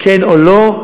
כן או לא,